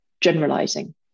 generalizing